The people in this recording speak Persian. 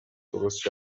درست